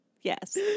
Yes